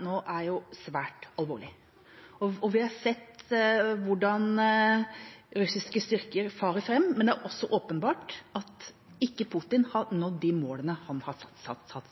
nå svært alvorlig. Vi har sett hvordan russiske styrker farer fram, men det er også åpenbart at Putin ikke har nådd de målene han har satt seg.